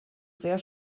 sehr